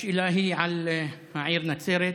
השאלה היא על העיר נצרת.